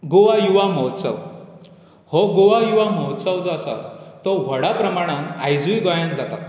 गोवा युवा महोत्सव हो गोवा युवा महोत्सव जो आसा तो व्हडा प्रमाणांत आयजुय गोंयांत जाता